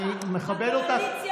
אני מכבד אותך,